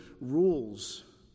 rules